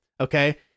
okay